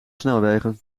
snelwegen